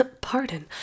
Pardon